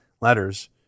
letters